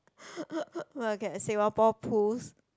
oh okay Singapore Pools